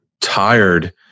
tired